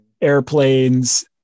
airplanes